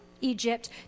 Egypt